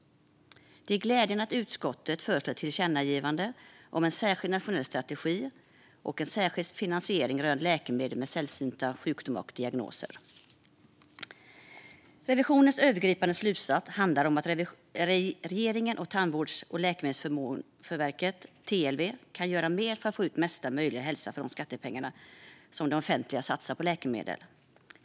Det är glädjande att utskottet föreslår ett tillkännagivande om en särskild nationell strategi och en särskild finansiering rörande läkemedel mot sällsynta sjukdomar och diagnoser. Revisionens övergripande slutsats är att regeringen och Tandvårds och läkemedelsförmånsverket, TLV, kan göra mer för att få ut mesta möjliga hälsa för de skattepengar som det offentliga satsar på läkemedel.